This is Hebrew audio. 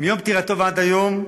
מיום פטירתו ועד היום,